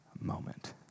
moment